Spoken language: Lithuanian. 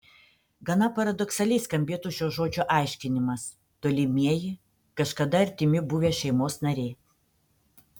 gana paradoksaliai skambėtų šio žodžio aiškinimas tolimieji kažkada artimi buvę šeimos nariai